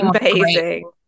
amazing